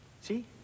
See